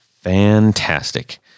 fantastic